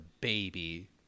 baby